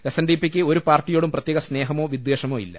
S N D പിക്ക് ഒരു പാർട്ടിയോടും പ്രത്യേക സ്നേഹമോ വിദ്വേഷമോ ഇല്ല